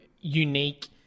unique